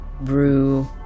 brew